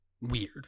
Weird